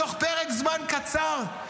בתוך פרק זמן קצר,